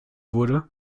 wurde